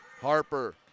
Harper